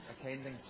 attending